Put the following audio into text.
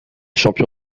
champion